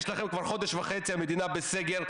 כבר חודש וחצי המדינה בסגר,